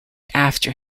after